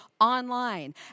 online